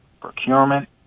procurement